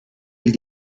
ils